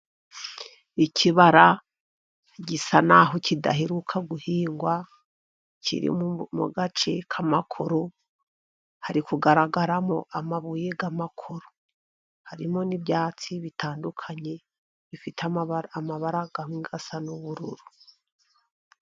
Ikibara gisa n'aho kidaheruka guhingwa, kiri mu gace k'amakoro. Hari kugaragaramo amabuye y'amakoro. Harimo n'ibyatsi bitandukanye bifite amabara amwe asa n'ubururu.